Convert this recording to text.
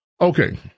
Okay